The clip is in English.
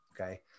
okay